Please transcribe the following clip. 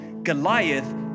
Goliath